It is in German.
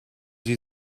sie